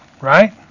Right